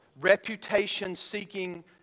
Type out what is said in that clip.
reputation-seeking